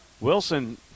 Wilson